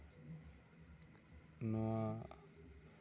ᱱᱚᱣᱟ